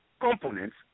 components